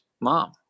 mom